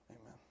Amen